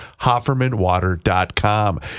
hoffermanwater.com